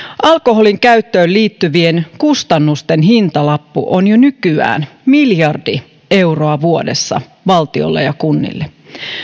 alkoholinkäyttöön liittyvien kustannusten hintalappu on jo nykyään miljardi euroa vuodessa valtiolle ja kunnille